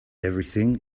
everything